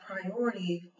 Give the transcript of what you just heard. priority